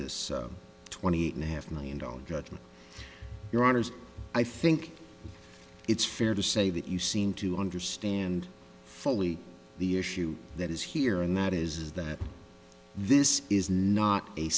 this twenty eight and a half million dollar judgment your honour's i think it's fair to say that you seem to understand fully the issue that is here and that is that this is not a